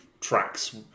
tracks